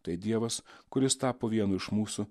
tai dievas kuris tapo vienu iš mūsų